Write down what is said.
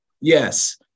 Yes